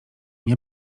nie